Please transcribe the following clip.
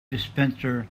dispenser